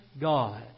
God